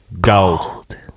Gold